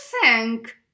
thank